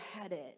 headed